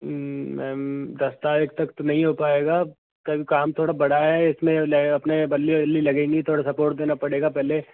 ma'am दस तारिख तक तो नहीं हो पाएगा कल काम थोड़ा बढ़ाया है इसमें अपने बल्ली वल्ली लगेंगी थोड़ा सपोर्ट देना पड़ेगा पहले